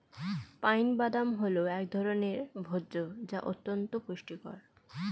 pine বাদাম হল এক ধরনের ভোজ্য যা অত্যন্ত পুষ্টিকর